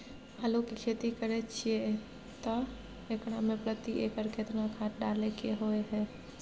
आलू के खेती करे छिये त एकरा मे प्रति एकर केतना खाद डालय के होय हय?